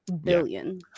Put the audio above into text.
Billion